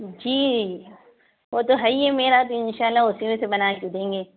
جی وہ تو ہے ہی ہے میرا تو اِنشاء اللہ اُسی میں سے بنا کے دیں گے